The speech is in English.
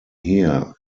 here